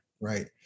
right